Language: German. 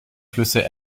flüsse